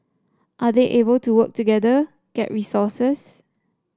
are they able to work together get resources